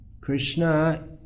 Krishna